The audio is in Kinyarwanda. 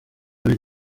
iri